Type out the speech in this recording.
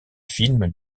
films